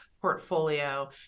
portfolio